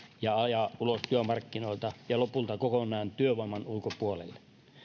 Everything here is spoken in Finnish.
ja ajaa ulos työmarkkinoilta ja lopulta kokonaan työvoiman ulkopuolelle